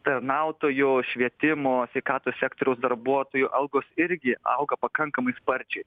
tarnautojų švietimo sveikatos sektoriaus darbuotojų algos irgi auga pakankamai sparčiai